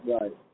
Right